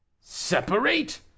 separate